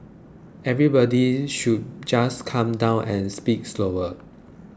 everybody should just calm down and speak slower